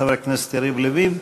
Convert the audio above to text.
חבר הכנסת יריב לוין,